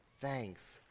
thanks